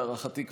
להערכתי,